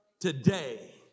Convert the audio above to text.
today